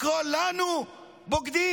לקרוא לנו בוגדים?